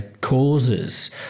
causes